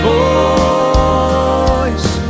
voice